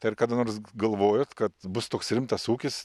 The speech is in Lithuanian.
tai ar kada nors galvojot kad bus toks rimtas ūkis